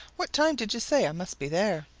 what time did you say i must be there?